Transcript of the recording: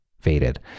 faded